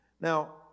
Now